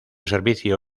servicio